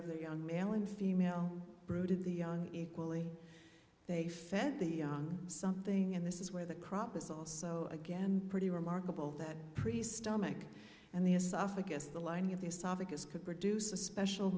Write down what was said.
of the young male and female bruited the young equally they fed the young something and this is where the crop is also again pretty remarkable that pretty stomach and the esophagus the lining of the esophagus could produce a special